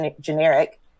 generic